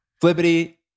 flippity